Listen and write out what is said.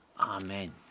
amen